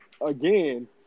Again